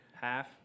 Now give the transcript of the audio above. Half